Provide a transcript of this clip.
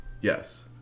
Yes